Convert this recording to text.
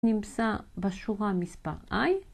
נמצא בשורה מס' I